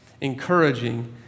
encouraging